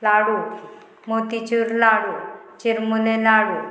लाडू मोतीच्युर लाडू चिरमुले लाडू